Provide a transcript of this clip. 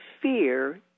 fear